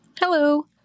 Hello